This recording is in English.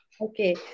okay